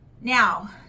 Now